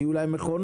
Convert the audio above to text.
שיהיו להן מכונות.